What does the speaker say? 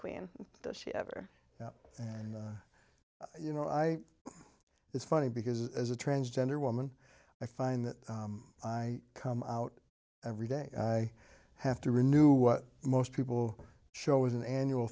queen does she ever and you know i it's funny because as a transgender woman i find that i come out every day i have to renew what most people show is an annual